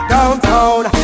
Downtown